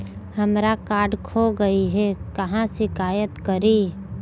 हमरा कार्ड खो गई है, कहाँ शिकायत करी?